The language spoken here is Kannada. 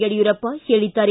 ಯಡಿಯೂರಪ್ಪ ಹೇಳಿದ್ದಾರೆ